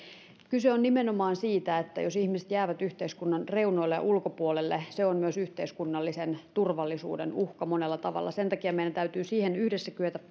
kyse on nimenomaan siitä että jos ihmiset jäävät yhteiskunnan reunoille ja ulkopuolelle se on myös yhteiskunnallisen turvallisuuden uhka monella tavalla ja sen takia meidän täytyy siihen yhdessä kyetä